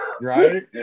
Right